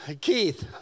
Keith